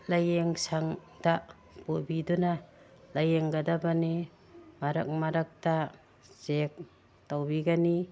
ꯂꯥꯏꯌꯦꯡꯁꯪꯗ ꯄꯨꯕꯤꯗꯨꯅ ꯂꯥꯏꯌꯦꯡꯒꯥꯗꯕꯅꯤ ꯃꯔꯛ ꯃꯔꯛꯇ ꯆꯦꯛ ꯇꯧꯕꯤꯒꯅꯤ